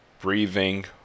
breathing